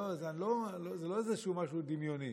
זה לא משהו דמיוני.